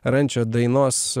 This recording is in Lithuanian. rančio dainos